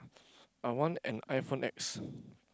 I want an iPhone-X